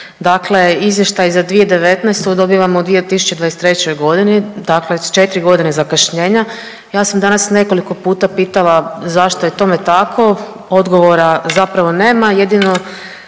dakle Izvještaj za 2019. dobivamo u 2023. g., dakle s 4 godine zakašnjenja. Ja sam danas nekoliko puta pitala zašto je tome tako, odgovora zapravo nema, jedino,